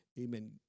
Amen